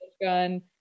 gun